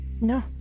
No